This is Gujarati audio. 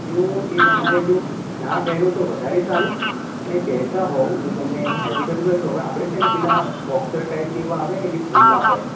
તો એ તમારે જો ના પહેરો તો વધારે સારું અને પહેરતા હોવ જો તમને એની હેબીટ હોય તો હવે આપણે છે ને પેલાં બોક્ષર ટાઇપ કે આવે ને જે ખૂલ્લાં હોય